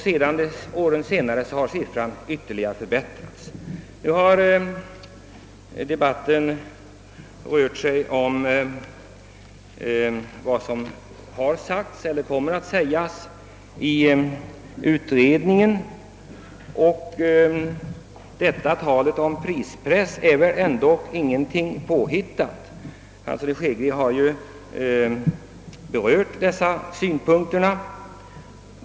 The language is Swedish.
Under de därefter följande åren har siffran ytterligare förbättrats. Debatten har nu rört sig om hur utredningen uttalat sig eller kommer att uttala sig om den s.k. prispressen. Ta let om prispress är väl ändå inte löst tal utan någon som helst grund. Herr Hansson i Skegrie har berört dessa synpunkter.